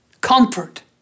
comfort